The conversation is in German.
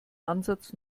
ansatz